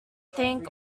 think